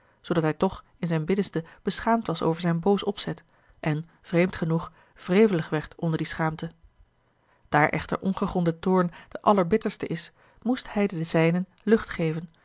zoodat hij toch in zijn binnenste beschaamd was over zijn boos opzet en vreemd genoeg wrevelig werd onder die schaamte daar echter ongegronde toorn de allerbitterste is moest hij den zijnen lucht geven